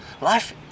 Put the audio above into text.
Life